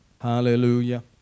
hallelujah